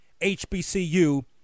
HBCU